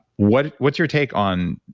what's what's your take on,